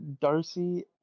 Darcy